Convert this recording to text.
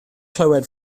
clywed